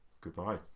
goodbye